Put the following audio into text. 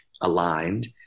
aligned